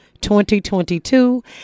2022